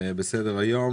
בסדר היום,